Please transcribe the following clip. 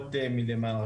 החברות מלמעלה.